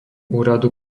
úradu